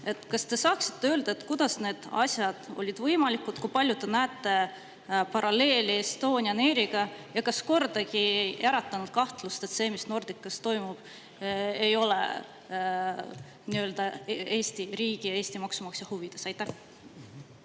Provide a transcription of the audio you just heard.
te saaksite öelda, kuidas need asjad olid võimalikud? Kui palju te näete paralleeli Estonian Airiga? Kas kordagi ei äratanud kahtlust, et see, mis Nordicas toimub, ei ole Eesti riigi ja Eesti maksumaksja huvides? Aitäh!